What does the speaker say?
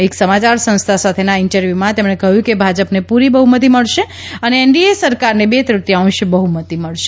એક સમાચાર સંસ્થા સાથેના ઇન્ટરવ્યૂમાં તેમણે કહ્યું કે ભાજપને પૂરી બહુમતિ મળશે અને એનડીએ સરકારને બે તૃતિયાંશ બહુમતિ મળશે